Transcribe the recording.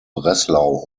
breslau